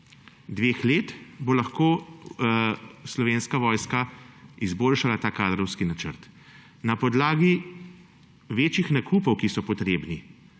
dveh let bo Slovenska vojska lahko izboljšala ta kadrovski načrt. Na podlagi večjih nakupov, ki so potrebni,